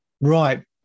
Right